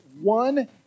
one